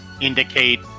indicate